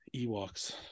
Ewok's